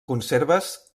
conserves